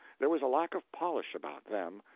there was a lack of polish about them,